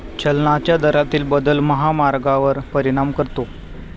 चलनाच्या दरातील बदल महागाईवर परिणाम करतो